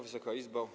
Wysoka Izbo!